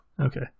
Okay